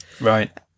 right